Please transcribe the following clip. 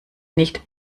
nicht